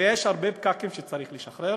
ויש הרבה פקקים שצריך לשחרר.